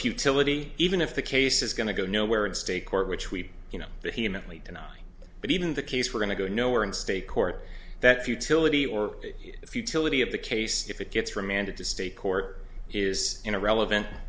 futility even if the case is going to go nowhere in state court which we you know that he met me tonight but even the case we're going to go nowhere in state court that futility or if utility of the case if it gets remanded to state court is irrelevant